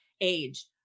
age